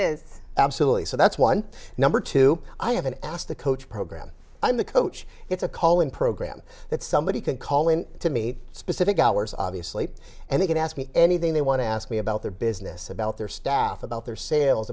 is absolutely so that's one number two i haven't asked the coach program and the coach it's a call in program that somebody can call in to me specific hours obviously and they can ask me anything they want to ask me about their business about their staff about their sales